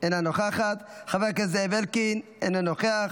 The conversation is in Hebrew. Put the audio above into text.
אינה נוכחת, חבר הכנסת זאב אלקין, אינו נוכח.